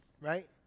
right